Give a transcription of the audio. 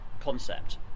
concept